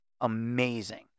amazing